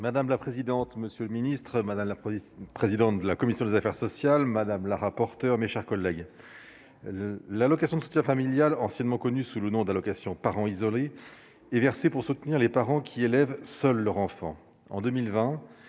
Madame la présidente, monsieur le ministre, madame la présidente de la commission des affaires sociales, madame la rapporteure, mes chers collègues, l'allocation de soutien familial, anciennement connu sous le nom d'allocation parent isolé, est versée pour soutenir les parents qui élèvent seules leur enfant